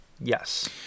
Yes